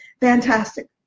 Fantastic